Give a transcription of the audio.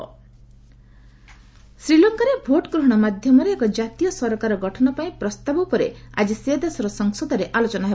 Sri Lanka parliament ଶ୍ରୀଲଙ୍କାରେ vote ଗ୍ରହଣ ମାଧ୍ୟମରେ ଏକ ଜାତୀୟ ସରକାର ଗଠନ ପାଇଁ ପ୍ରସ୍ତାବ ଉପରେ ଆଜି ସେ ଦେଶର ସଂସଦରେ ଆଲୋଚନା ହେବ